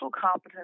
competence